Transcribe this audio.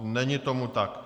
Není tomu tak.